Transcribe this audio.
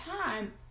time